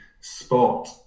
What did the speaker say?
spot